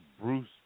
Bruce